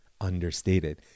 understated